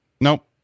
Nope